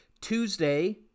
Tuesday